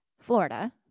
Florida